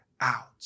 out